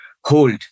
hold